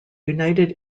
united